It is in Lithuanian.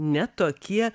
ne tokie